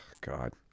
God